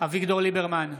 אביגדור ליברמן,